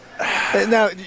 Now